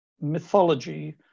mythology